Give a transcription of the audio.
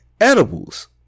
edibles